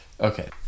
Okay